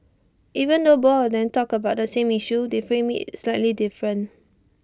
even though both of them talked about the same issue they framed IT slightly different